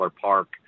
park